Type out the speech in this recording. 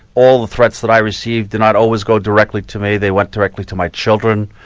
all the threats that i received did not always go directly to me, they went directly to my children.